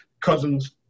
cousin's